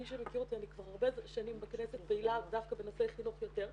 מי שמכיר אותי אני כבר הרבה שנים בכנסת פעילה דווקא בנושא חינוך יותר,